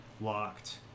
locked